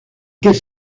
qu’est